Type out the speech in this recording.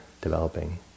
developing